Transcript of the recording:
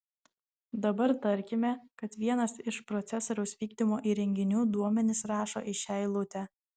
dabar tarkime kad vienas iš procesoriaus vykdymo įrenginių duomenis rašo į šią eilutę